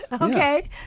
Okay